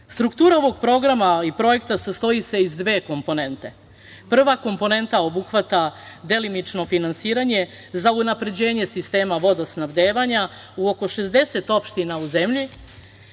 Evrope. Struktura ovog programa i projekta sastoji se iz dve komponente. Prva komponenta obuhvata delimično finansiranje za unapređenje sistema vodosnabdevanja u oko 60 opština u zemlji.